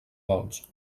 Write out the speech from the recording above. gols